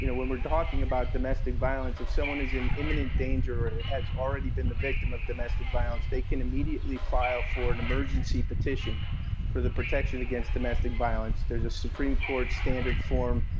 you know when we're talking about domestic violence, if someone is in imminent danger has already been the victim of domestic violence, they can immediately file for an emergency petition for the protection against domestic violence. there's a supreme court standard form.